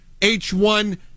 H1